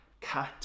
Cut